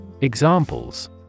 Examples